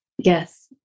Yes